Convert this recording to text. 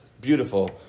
beautiful